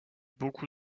beaucoup